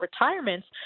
retirements